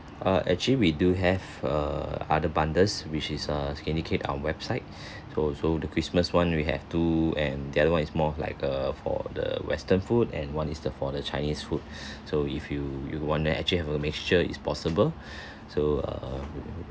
uh actually we do have err other bundles which is err indicate on website so so the christmas [one] we have two and the other [one] is more of like a for the western food and one is the for the chinese food so if you you want to actually have a mixture it's possible so err